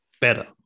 better